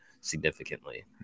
significantly